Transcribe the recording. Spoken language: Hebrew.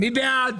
למליאה.